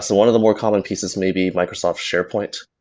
one of the more common pieces maybe microsoft sharepoint,